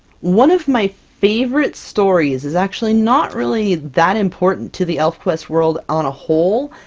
one of my favorite stories is actually not really that important to the elfquest world on a whole,